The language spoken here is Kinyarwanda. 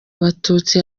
abatutsi